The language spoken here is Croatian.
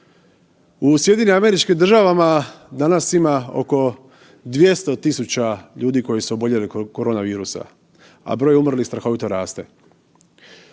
U SAD-u danas ima oko 200 000 ljudi koji su oboljeli od koronavirusa, a broj umrlih strahovito raste